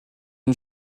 une